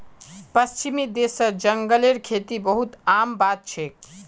पश्चिमी देशत जंगलेर खेती बहुत आम बात छेक